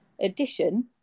addition